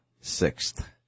Sixth